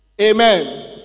amen